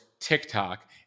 TikTok